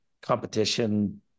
competition